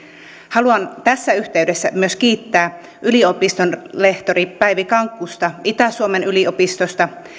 haluan tässä yhteydessä myös kiittää yliopistonlehtori päivi kankkusta itä suomen yliopistosta